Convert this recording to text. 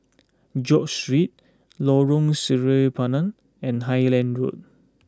George Street Lorong Sireh Pinang and Highland Road